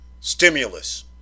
Stimulus